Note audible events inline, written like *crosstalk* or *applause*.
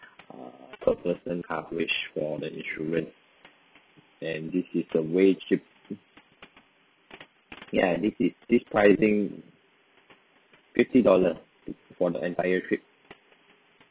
err per person coverage from the insurance and this is the way cheap *noise* ya this is this pricing fifty dollar *noise* for the entire trip